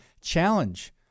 challenge